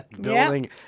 building